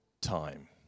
time